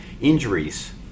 Injuries